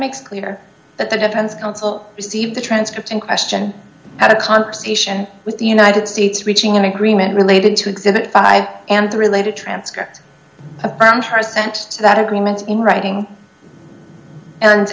makes clear that the defense counsel received the transcript in question had a conversation with the united states reaching an agreement related to exhibit five and the related transcript of brown harris and that agreement in writing and